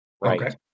Right